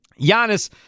Giannis